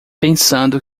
pensando